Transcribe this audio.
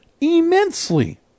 immensely